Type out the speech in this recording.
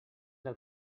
del